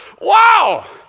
wow